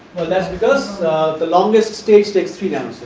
because the longest stage takes three nano